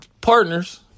partners